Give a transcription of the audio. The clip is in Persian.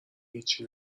هیچی